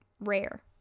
rare